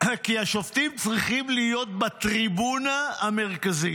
כי השופטים צריכים להיות בטריבונה המרכזית,